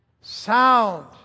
sound